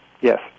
Yes